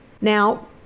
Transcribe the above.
now